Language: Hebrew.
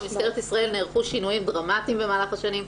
במשטרת ישראל נערכו שינויים דרמטיים במהלך השנים,